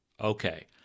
Okay